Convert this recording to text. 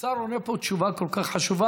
השר עונה פה תשובה כל כך חשובה,